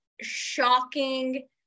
shocking